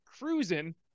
cruising